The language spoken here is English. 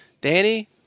Danny